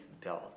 built